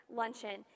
luncheon